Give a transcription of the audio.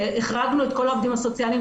החרגנו את כל העובדים הסוציאליים,